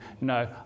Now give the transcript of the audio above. no